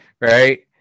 Right